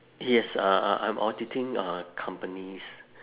yes uh I'm auditing uh companies